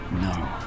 No